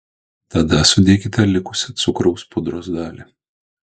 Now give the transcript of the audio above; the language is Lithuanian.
tada sudėkite likusią cukraus pudros dalį